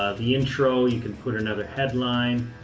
ah the intro, you can put another headline,